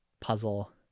puzzle